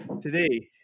Today